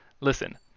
listen